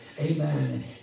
Amen